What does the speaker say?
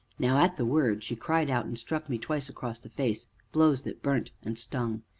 now at the word she cried out, and struck me twice across the face, blows that burnt and stung.